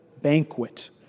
banquet